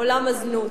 עולם הזנות.